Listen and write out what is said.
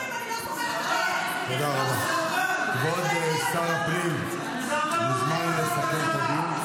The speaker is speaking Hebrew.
שלא ילכו למילואים, אני לא סומכת עליהם.